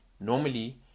Normally